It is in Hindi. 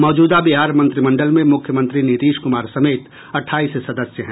मौजूदा बिहार मंत्रिमंडल में मुख्यमंत्री नीतीश कुमार समेत अठाईस सदस्य हैं